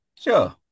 Sure